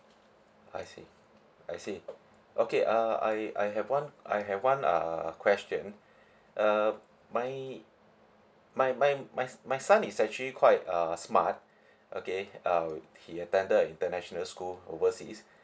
I see I see okay uh I I have one I have one uh question uh my my my my my son is actually quite uh smart okay uh he attended a international school overseas